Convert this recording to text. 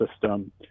system